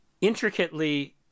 intricately